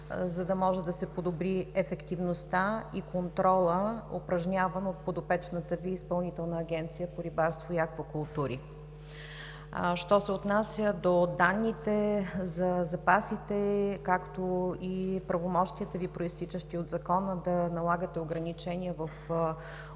за да може да се подобри ефективността на контрола, упражняван от подопечната Ви Изпълнителна агенция по рибарство и аквакултури. Що се отнася до данните за запасите, както и правомощията Ви, произтичащи от Закона, да налагате ограничения в улова